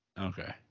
Okay